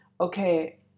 okay